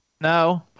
No